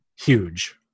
huge